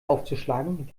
aufzuschlagen